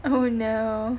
oh no